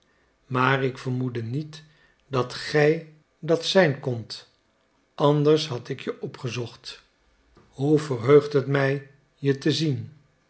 maar ik vermoedde niet dat gij dat zijn kondt anders had ik je opgezocht hoe verheugt het mij je te zien